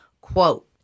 Quote